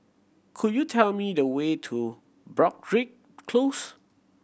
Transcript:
could you tell me the way to Broadrick Close